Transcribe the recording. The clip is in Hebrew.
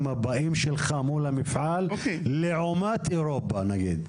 הבאים שלך מול המפעל לעומת אירופה נגיד?